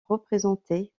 représentés